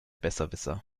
besserwisser